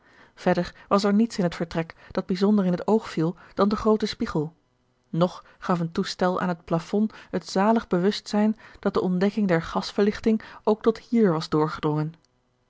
verder was er niets in het vertrek dat bijzonder in het oog viel dan de groote spiegel nog gaf een toestel aan het plafond het zalig bewustzijn dat de ontdekking der gasverlichting ook tot hier was doorgedrongen